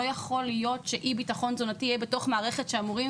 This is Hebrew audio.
לא יכול להיות שאי ביטחון תזונתי יהיה בתוך מערכת שאמורים